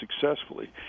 successfully